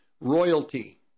royalty